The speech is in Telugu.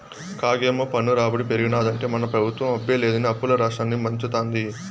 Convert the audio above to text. కాగేమో పన్ను రాబడి పెరిగినాదంటే మన పెబుత్వం అబ్బే లేదని అప్పుల్ల రాష్ట్రాన్ని ముంచతాంది